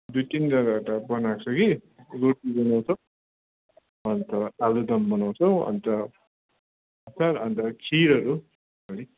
दुई तिन जग्गाबाट बनाएको छ कि रोटी बनाउँछ अन्त आलुदम बनाउँछौँ अन्त अचार अन्त खिरहरू पनि